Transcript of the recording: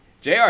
Jr